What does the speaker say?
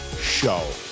Show